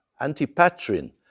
Antipatrin